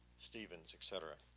stevens, et cetera.